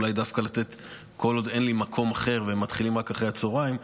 אולי כל עוד אין לי מקום אחר והם מתחילים רק אחרי הצוהריים,